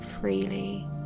freely